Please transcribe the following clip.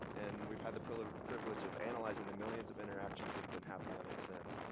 and we've had the privilege privilege of analyzing the millions of interactions that had been happening on it since.